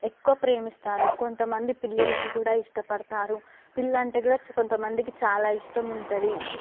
ఎక్కువ ప్రేమిస్తారు కొంత మంది పిల్లులని కూడా ఇష్టపడతారు పిల్లంటే కూడా కొంత మందికి చాలా ఇష్టం ఉంటుంది